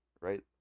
right